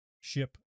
ship